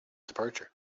departure